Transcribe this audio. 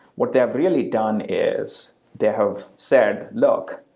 what they've really done is they have said, look,